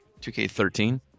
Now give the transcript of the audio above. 2K13